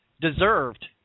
deserved